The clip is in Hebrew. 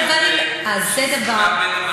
אבל אי-אפשר,